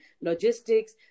logistics